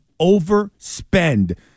overspend